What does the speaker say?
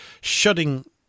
shutting